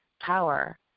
power